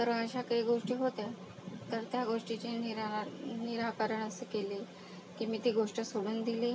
तर अशा काही गोष्टी होत्या तर त्या गोष्टीचे निरा निराकरण असं केले की मी ती गोष्ट सोडून दिली